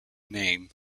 name